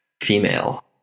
female